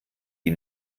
die